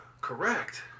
Correct